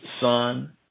son